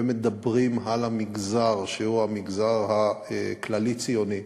ומדברים על המגזר שהוא המגזר הכללי-ציוני,